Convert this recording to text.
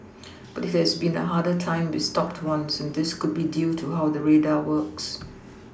but it has been a harder time with stopped ones and this could be due to how the radar works